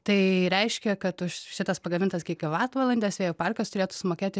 tai reiškia kad už šitas pagamintas gigavatvalandes vėjo parkas turėtų sumokėti